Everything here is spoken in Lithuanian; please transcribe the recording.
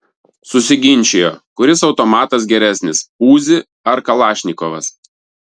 susiginčijo kuris automatas geresnis uzi ar kalašnikovas